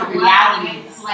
realities